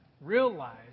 realize